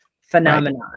phenomenon